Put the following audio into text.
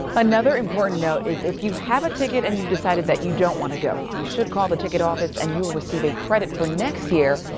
another important note if if you have a ticket and you decided that you don't want to go you should call the ticket office and you'll receive a credit for next year.